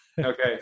Okay